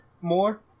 more